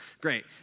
Great